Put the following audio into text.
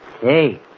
Hey